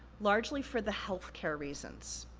largely for the healthcare reasons.